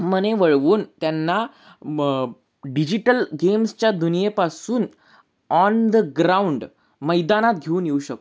मने वळवून त्यांना डिजिटल गेम्सच्या दुनियेपासून ऑन द ग्राउंड मैदानात घेऊन येऊ शकतो